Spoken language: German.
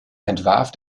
entwarf